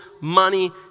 money